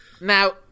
Now